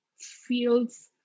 feels